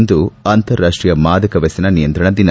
ಇಂದು ಅಂತಾರಾಷ್ಟೀಯ ಮಾದಕ ವ್ಯಸನ ನಿಯಂತ್ರಣ ದಿನ